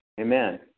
Amen